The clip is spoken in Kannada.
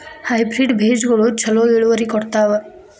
ಹೈಬ್ರಿಡ್ ಬೇಜಗೊಳು ಛಲೋ ಇಳುವರಿ ಕೊಡ್ತಾವ?